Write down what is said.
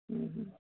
हूँ हूँ